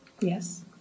Yes